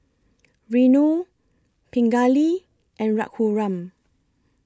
Renu Pingali and Raghuram